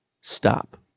stop